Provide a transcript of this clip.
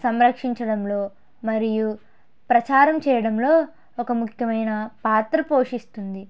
సంరక్షించడంలో మరియు ప్రచారం చేయడంలో ఒక ముఖ్యమైన పాత్ర పోషిస్తుంది